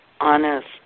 honest